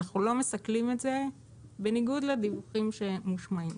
אנחנו לא מסכלים את זה בניגוד לדיווחים שמושמעים,